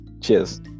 cheers